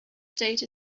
state